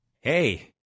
Hey